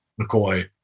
mccoy